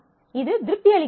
இது திருப்தி அளிக்கிறது